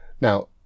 Now